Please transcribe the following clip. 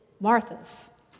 Martha's